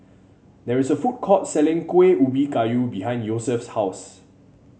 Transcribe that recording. there is a food court selling Kuih Ubi Kayu behind Yosef's house